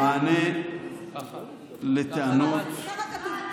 --- ככה כתוב.